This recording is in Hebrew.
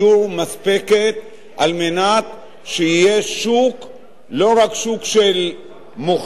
מספקת כדי שיהיה שוק לא רק שוק של מוכרים,